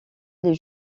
les